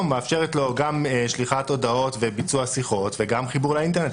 מאפשרת לו גם שליחת הודעות וביצוע שיחות וגם חיבור לאינטרנט,